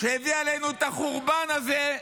שהביאה עלינו את החורבן הזה,